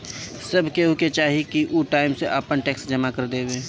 सब केहू के चाही की उ टाइम से आपन टेक्स जमा कर देवे